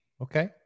Okay